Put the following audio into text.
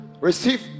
Receive